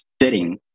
fitting